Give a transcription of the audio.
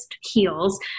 heels